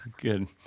Good